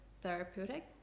therapeutic